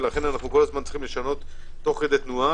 ולכן אנחנו צריכים לשנות תוך כדי תנועה,